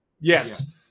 Yes